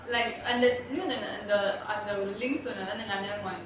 like under you know th~ the links on the சொன்னேன்:sonnaen leh